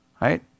Right